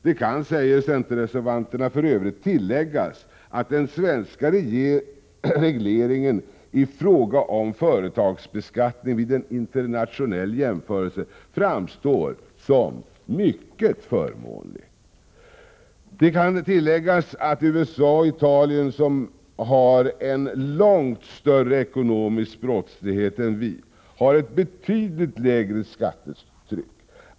Det kan, säger centerreservanterna, för Övrigt tilläggas att den svenska regleringen i fråga om företagsbeskattning vid en internationell jämförelse framstår som mycket förmånlig. Det kan tilläggas att USA och Italien, som har en långt större ekonomisk brottslighet än vi, har ett betydligt lägre skattetryck.